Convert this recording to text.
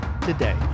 today